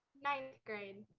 ninth grade.